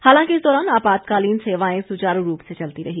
हालांकि इस दौरान आपातकालीन सेवाएं सुचारू रूप से चलती रहीं